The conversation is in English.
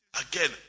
again